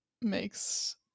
makes